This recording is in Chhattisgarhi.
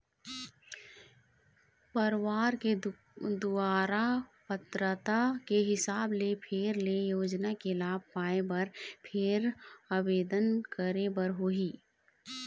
परवार के दुवारा पात्रता के हिसाब ले फेर ले योजना के लाभ पाए बर फेर आबेदन करे बर होही